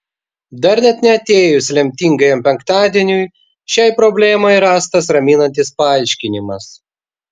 dar net neatėjus lemtingajam penktadieniui šiai problemai rastas raminantis paaiškinimas